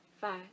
five